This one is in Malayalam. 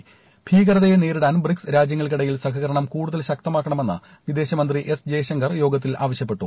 ് ഭീകരതയെ നേരിടാൻ ബ്രിക്സ് രാജ്യങ്ങൾക്കിടയിൽ സഹകരണം കൂടുതൽ ശക്തമാക്കണമെന്ന് വിദേശമന്ത്രി എസ് ജയശങ്കർ യോഗത്തിൽ ആവശ്യപ്പെട്ടു